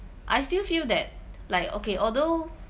I still feel that like okay although